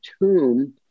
tomb